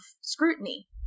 scrutiny